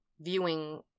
viewing